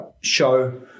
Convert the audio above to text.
show